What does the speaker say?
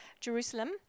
Jerusalem